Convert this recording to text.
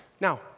Now